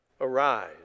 arise